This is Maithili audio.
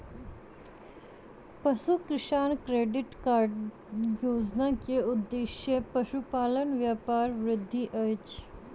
पशु किसान क्रेडिट कार्ड योजना के उद्देश्य पशुपालन व्यापारक वृद्धि अछि